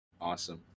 awesome